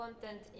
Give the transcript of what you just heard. Content